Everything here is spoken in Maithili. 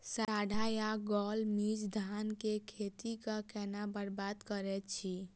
साढ़ा या गौल मीज धान केँ खेती कऽ केना बरबाद करैत अछि?